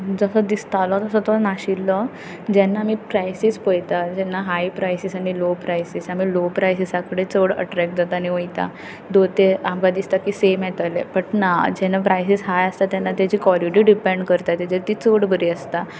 जसो दिसतालो तसो तो नाशिल्लो जेन्ना आनी प्रायसीस पळयता जेन्ना हाय प्रायसीस आनी लोव प्रायसीस आनी लोव प्रायसीसा कडेन चड अट्रेक्ट जाता आनी वयता दो तें आमकां दिसता की सेम येतले बट ना जेन्ना प्रायसीस हाय आसता तेन्ना ताजी क्वालिटी डिपेंड करता ताजी ती चड बरी आसता